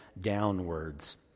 downwards